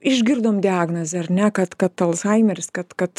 išgirdom diagnozę ar ne kad kad alzhaimeris kad kad